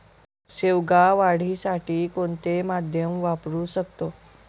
शेवगा वाढीसाठी कोणते माध्यम वापरु शकतो?